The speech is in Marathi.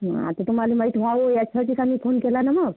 आता तुम्हाला माहीत व्हावं ह्याच्यासाठी आम्ही फोन केला ना मग